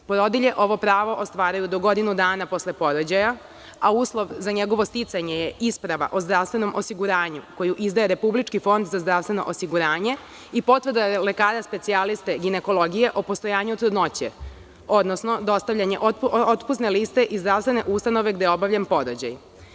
Porodilje ovo pravo ostvaruju godinu dana posle porođaja, a uslov za njegovo sticanje je isprava o zdravstvenom osiguranju koju izdaje Republički fond za zdravstveno osiguranje i potvrda lekara specijaliste ginekologije o postojanju trudnoće, odnosno dostavljanje otpusne liste iz zdravstvene ustanove gde je obavljen porođaj.